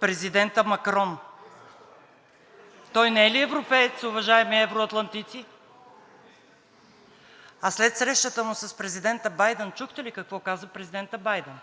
Президентът Макрон. Той не е ли европеец, уважаеми евроатлантици? А след срещата му с президента Байдън чухте ли какво каза президентът Байдън?